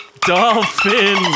Dolphin